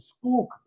school